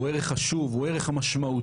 הוא ערך חשוב ומשמעותי,